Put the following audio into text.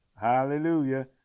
Hallelujah